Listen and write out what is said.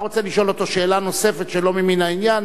אתה רוצה לשאול אותו שאלה נוספת שלא ממין העניין?